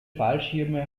fallschirme